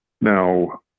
Now